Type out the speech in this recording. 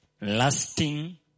lasting